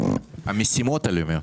המשימות הלאומיות.